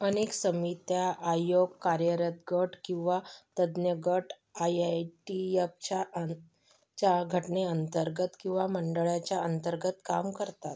अनेक समित्या आयोग कार्यरत गट किंवा तज्ज्ञगट आय आय टी एफच्या अं च्या घटनेअंतर्गत किंवा मंडळाच्या अंतर्गत काम करतात